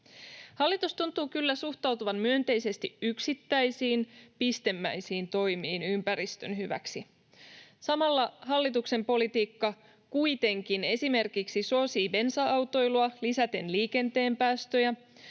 Hallitus tuntuu kyllä suhtautuvan myönteisesti yksittäisiin, pistemäisiin toimiin ympäristön hyväksi. Samalla hallituksen politiikka kuitenkin esimerkiksi suosii bensa-autoilua lisäten liikenteen päästöjä,